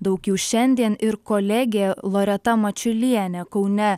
daug jų šiandien ir kolegė loreta mačiulienė kaune